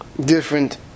different